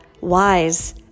wise